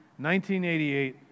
1988